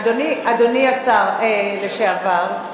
אדוני השר לשעבר,